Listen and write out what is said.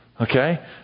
Okay